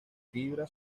fibra